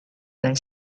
dai